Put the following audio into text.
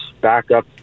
Backup